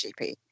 GP